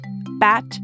bat